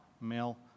male